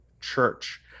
Church